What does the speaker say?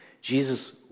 Jesus